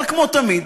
אבל כמו תמיד,